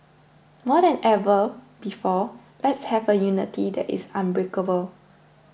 more than ever before let's have a unity that is unbreakable